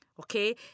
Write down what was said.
Okay